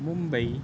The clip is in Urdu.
ممبئی